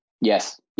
yes